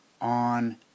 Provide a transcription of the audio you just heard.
on